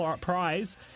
prize